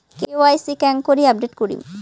KYC কেঙ্গকরি update করিম?